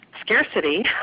scarcity